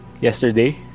yesterday